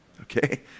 okay